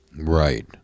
Right